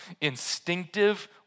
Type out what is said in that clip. Instinctive